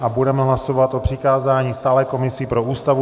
A budeme hlasovat o přikázání stálé komisi pro Ústavu.